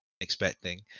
expecting